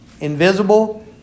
invisible